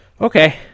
Okay